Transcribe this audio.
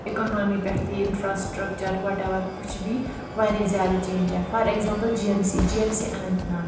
economy پؠٹھ تِہ infrastructure whatever کُچھ بھی واریاہ زیادٕ چینج آیہِ for example GMC GMC Anant Nag